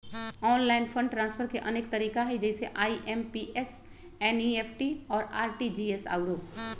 online fund transfer के अनेक तरिका हइ जइसे आइ.एम.पी.एस, एन.ई.एफ.टी, आर.टी.जी.एस आउरो